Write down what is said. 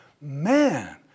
man